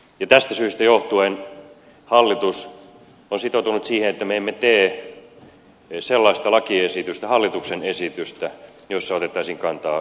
tästä syystä johtuen hallitus on sitoutunut siihen että me emme tee sellaista lakiesitystä hallituksen esitystä jossa otettaisiin kantaa sukupuolineutraaliin avioliittoon